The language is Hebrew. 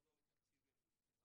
בבקשה.